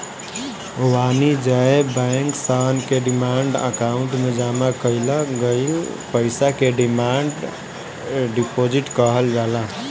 वाणिज्य बैंक सन के डिमांड अकाउंट में जामा कईल गईल पईसा के डिमांड डिपॉजिट कहल जाला